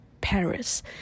Paris